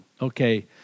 Okay